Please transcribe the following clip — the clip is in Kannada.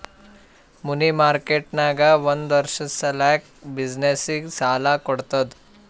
ಮನಿ ಮಾರ್ಕೆಟ್ ನಾಗ್ ಒಂದ್ ವರ್ಷ ಸಲ್ಯಾಕ್ ಬಿಸಿನ್ನೆಸ್ಗ ಸಾಲಾ ಕೊಡ್ತುದ್